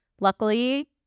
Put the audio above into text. Luckily